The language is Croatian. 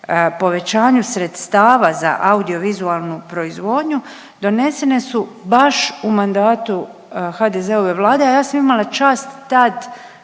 povećanju sredstava za audiovizualnu proizvodnju donesene su baš u mandatu HDZ-ove vlade, a ja sam imala čast tad